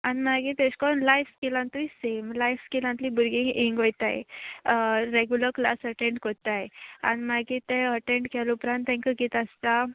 आनी मागीर तेशें कोन्न लायफ स्किलांतूय सेम लायफ स्किलांतलीं भुरगीं हिंगा वोयताय रेगुलर क्लास अटेंड कोत्ताय आनी मागीर ते अटेंड केल्या उपरांत तांकां कित आसता